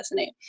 resonate